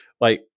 like-